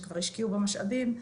שכבר השקיעו בו משאבים,